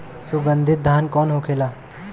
सुगन्धित धान कौन होखेला?